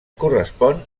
correspon